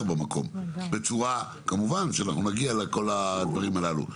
במקום בצורה --- כמובן שנגיע לכל הדברים הללו.